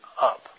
up